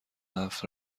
هفت